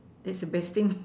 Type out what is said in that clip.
that's the best thing